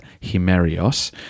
Himerios